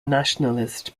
nationalist